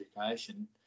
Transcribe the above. education